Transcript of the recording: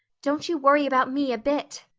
don't you worry about me a bit.